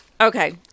Okay